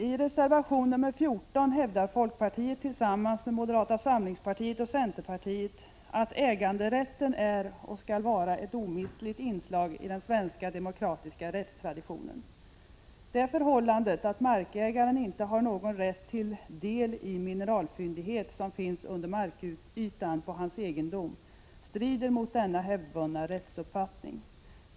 I reservation 14 hävdar folkpartiet tillsammans med moderata samlingspartiet och centern att äganderätten är — och skall vara — ett omistligt inslag i den svenska demokratiska rättstraditionen. Det förhållandet att markägaren inte har någon rätt till del i mineralfyndighet som finns under markytan på hans egendom strider mot denna hävdvunna rättsuppfattning.